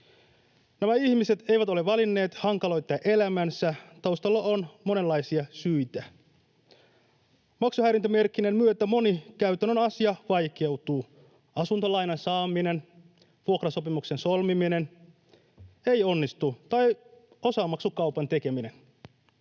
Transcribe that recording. Nämä ihmiset eivät ole valinneet hankaloittaa elämäänsä. Taustalla on monenlaisia syitä. Maksuhäiriömerkinnän myötä moni käytännön asia vaikeutuu: asuntolainan saaminen, vuokrasopimuksen solmiminen tai osamaksukaupan tekeminen